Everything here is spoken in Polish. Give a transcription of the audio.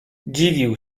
dziwił